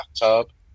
bathtub